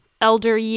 elder